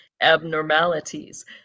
abnormalities